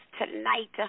tonight